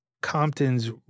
Compton's